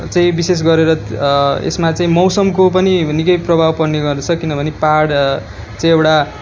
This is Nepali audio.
चाहिँ विशेष गरेर यसमा चाहिँ मौसमको पनि निकै प्रभाव पर्ने गर्दछ किनभने पाहाड चाहिँ एउटा